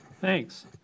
Thanks